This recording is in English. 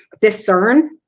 discern